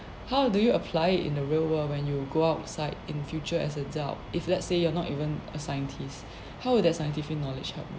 how do you apply it in the real world when you go outside in future as adult if let's say you're not even a scientist how would that scientific knowledge help you